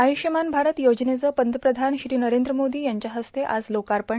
आयुष्यमान भारत योजनेचं पंतप्रधान श्री नरेंद्र मोदी यांच्या हस्ते आज लोकार्पण